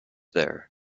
there